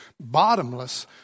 Bottomless